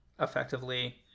effectively